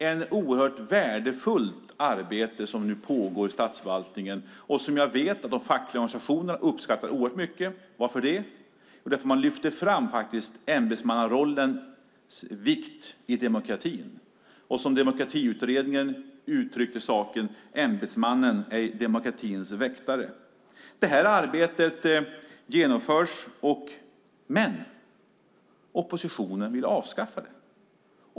Det är ett oerhört värdefullt arbete som nu pågår i statsförvaltningen och som jag vet att de fackliga organisationerna uppskattar oerhört mycket. Varför gör de det? Jo, därför att man lyfter fram ämbetsmannarollens vikt i demokratin. Demokratiutredningen uttryckte saken på följande sätt: Ämbetsmannen är demokratins väktare. Detta arbete genomförs, men oppositionen vill avskaffa det.